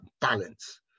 balance